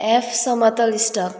F समतल stock